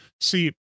see